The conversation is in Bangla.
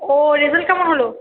ও রেজাল্ট কেমন হলো